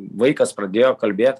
vaikas pradėjo kalbėt